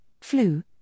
flu